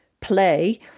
play